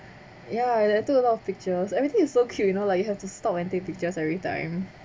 ya and I took a lot of pictures everything is so cute you know like you have to stop and take pictures every time